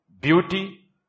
beauty